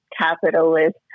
capitalist